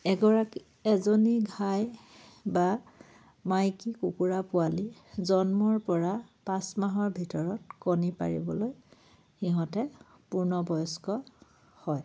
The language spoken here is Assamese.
এগৰাকী এজনী ঘাই বা মাইকী কুকুৰা পোৱালি জন্মৰ পৰা পাঁচ মাহৰ ভিতৰত কণী পাৰিবলৈ সিহঁতে পূৰ্ণবয়স্ক হয়